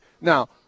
Now